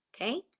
okay